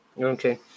Okay